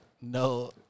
no